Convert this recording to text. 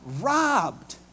robbed